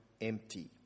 empty